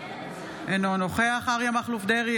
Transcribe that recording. אינו נוכח אריה מכלוף דרעי,